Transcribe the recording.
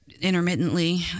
intermittently